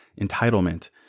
Entitlement